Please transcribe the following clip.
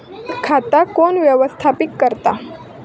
खाता कोण व्यवस्थापित करता?